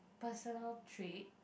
personal trait